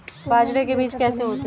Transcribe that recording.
बाजरे के बीज कैसे होते हैं?